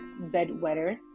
bedwetter